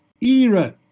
era